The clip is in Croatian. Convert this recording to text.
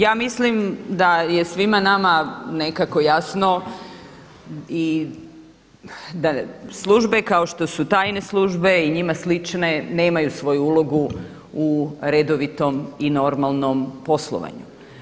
Ja mislim da je svima nama nekako jasno i da službe kao što su tajne službe i njima slične nemaju svoju ulogu u redovitom i normalnom poslovanju.